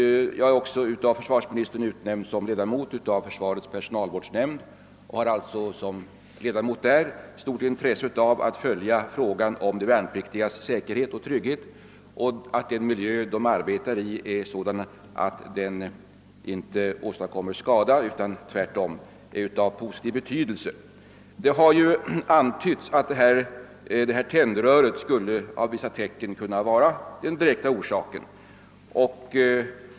Vidare har jag av försvarsministern utsetts till ledamot av försvarets personalvårdsnämnd och har alltså i den egenskapen stort intresse av att följa frågan om de värnpliktigas säkerhet och trygghet. Den miljö de värnpliktiga arbetar i skall ju vara sådan att den inte åstadkommer skada utan tvärtom är av positiv betydelse. Det har ju antytts att tändröret av vissa tecken att döma skulle vara den direkta orsaken.